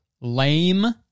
lame